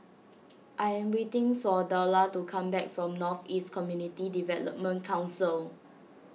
I am waiting for Dorla to come back from North East Community Development Council